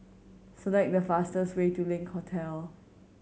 select the fastest way to Link Hotel